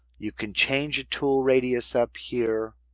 you can change a tool radius up here.